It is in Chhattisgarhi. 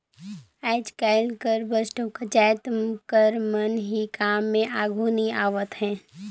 आएज काएल बस डउका जाएत कर मन ही काम में आघु नी आवत अहें